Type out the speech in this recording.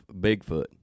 Bigfoot